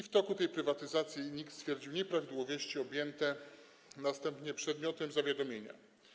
W toku tej prywatyzacji NIK stwierdziła nieprawidłowości objęte następnie przedmiotem zawiadomienia.